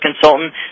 consultant